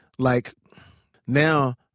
like now,